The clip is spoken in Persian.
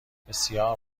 بسیار